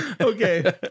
Okay